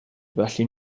felly